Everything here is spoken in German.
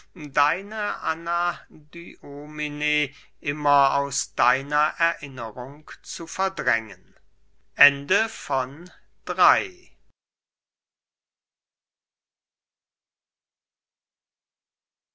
deine anadyomene immer aus deiner erinnerung zu verdrängen